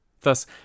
Thus